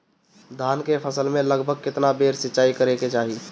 धान के फसल मे लगभग केतना बेर सिचाई करे के चाही?